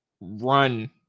run